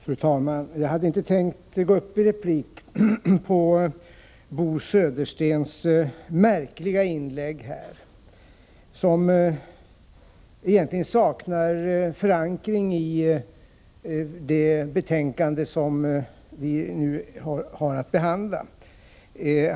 Fru talman! Jag hade inte tänkt gå upp i replik på Bo Söderstens märkliga inlägg här, som egentligen saknar förankring i det betänkande som vi nu behandlar.